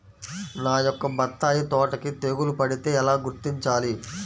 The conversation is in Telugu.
నా యొక్క బత్తాయి తోటకి తెగులు పడితే ఎలా గుర్తించాలి?